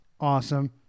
awesome